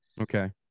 okay